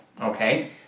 okay